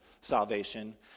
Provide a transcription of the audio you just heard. salvation